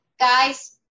Guys